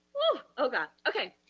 oh god. okay.